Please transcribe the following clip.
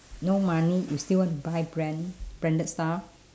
no money you still want to buy brand~ branded stuff